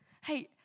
Hey